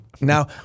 Now